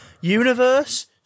universe